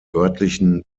örtlichen